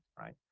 right